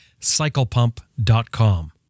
Cyclepump.com